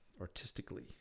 artistically